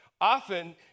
often